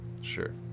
Sure